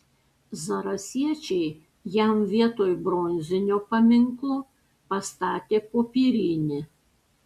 zarasiečiai jam vietoj bronzinio paminklo pastatė popierinį